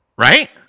right